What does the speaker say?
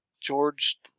George